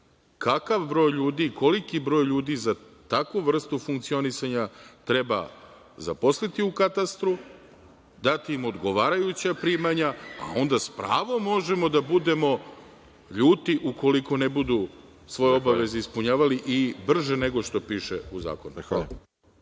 kakav broj ljudi, koliki broj ljudi za takvu vrstu funkcionisanja treba zaposliti u katastru, dati im odgovarajuća primanja, a onda s pravom možemo da budemo ljuti ukoliko ne budu svoje obaveze ispunjavali i brže nego što piše u zakonu.